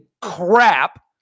crap